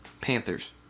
Panthers